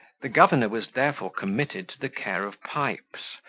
the governor was therefore committed to the care of pipes,